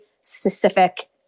specific